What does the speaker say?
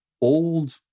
old